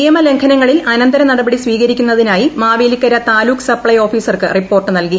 നിയമലംഘനങ്ങളിൽ അനന്തര നടപടി സ്വീകരിക്കുന്നതിനായി മാവേലിക്കര താലൂക്ക് സപ്സൈ ഓഫീസർക്ക് റിപ്പോർട്ട് നൽകി